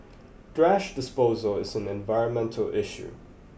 disposal is an environmental issue